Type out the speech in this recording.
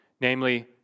namely